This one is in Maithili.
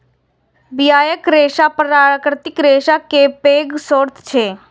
बियाक रेशा प्राकृतिक रेशा केर पैघ स्रोत छियै